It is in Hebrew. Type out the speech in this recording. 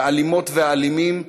והאלימות והאלימים,